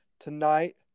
Tonight